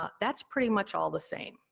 ah that's pretty much all the same,